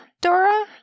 Dora